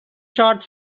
short